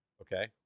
okay